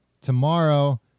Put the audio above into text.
tomorrow